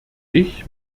ich